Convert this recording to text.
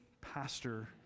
pastor